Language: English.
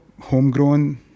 homegrown